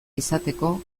izateko